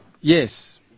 yes